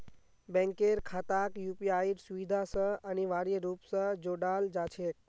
बैंकेर खाताक यूपीआईर सुविधा स अनिवार्य रूप स जोडाल जा छेक